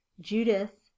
Judith